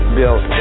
built